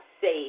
safe